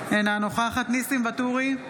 אינה נוכחת ניסים ואטורי,